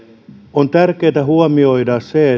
on tärkeätä huomioida se